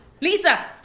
Lisa